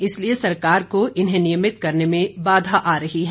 इसलिए सरकार को इन्हें नियमित करने में बाधा आ रही है